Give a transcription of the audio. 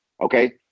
Okay